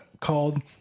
called